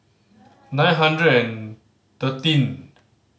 nine hundred and thirteen